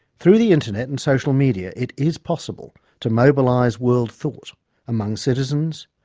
through the internet and social media it is possible to mobilise world thought among citizens,